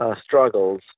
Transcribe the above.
struggles